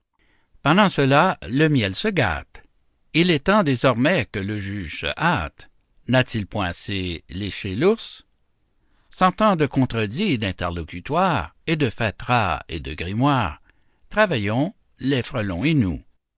pendant cela le miel se gâte il est temps désormais que le juge se hâte n'a-t-il point assez léché l'ours sans tant de contredits et d'interlocutoires et de fatras et de grimoires travaillons les frelons et nous